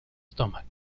stomach